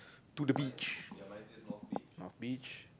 to the beach north beach